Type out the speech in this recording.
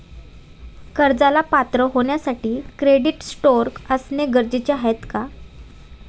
कर्जाला पात्र होण्यासाठी क्रेडिट स्कोअर असणे गरजेचे असते का?